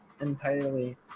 entirely